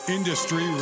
Industry